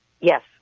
Yes